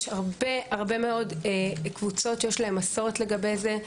יש הרבה מאוד קבוצות שיש להן מסורת לגבי זה.